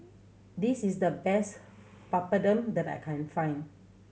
this is the best Papadum that I can find